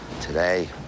Today